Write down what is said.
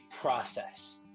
process